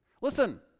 Listen